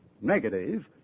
negative